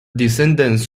descendants